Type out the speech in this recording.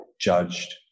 judged